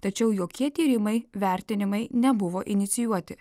tačiau jokie tyrimai vertinimai nebuvo inicijuoti